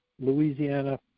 Louisiana